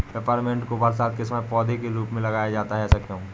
Peppermint को बरसात के समय पौधे के रूप में लगाया जाता है ऐसा क्यो?